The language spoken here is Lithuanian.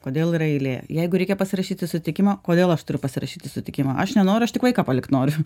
kodėl yra eilė jeigu reikia pasirašyt sutikimą kodėl aš turiu pasirašyti sutikimą aš nenoriu aš tik vaiką palikti noriu